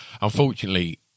unfortunately